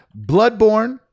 Bloodborne